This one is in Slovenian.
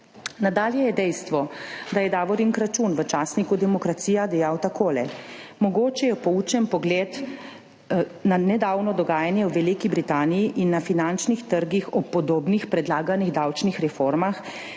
Nadalje je dejstvo, da je Davorin Kračun v časniku Demokracija dejal takole: »Mogoče je poučen pogled na nedavno dogajanje v Veliki Britaniji in na finančnih trgih ob podobnih predlaganih davčnih reformah,